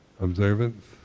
observance